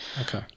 Okay